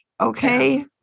okay